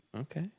Okay